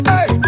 Hey